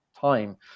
time